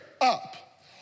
up